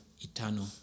eternal